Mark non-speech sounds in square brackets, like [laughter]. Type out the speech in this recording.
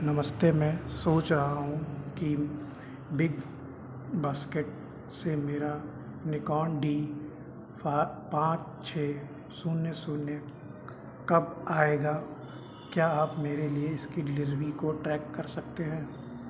नमस्ते मैं सोच रहा हूँ कि बिग बास्केट से मेरा निकॉन डी [unintelligible] पाँच छः शून्य शून्य कब आएगा क्या आप मेरे लिए इसकी डिलीरवी को ट्रैक कर सकते हैं